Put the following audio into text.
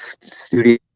studio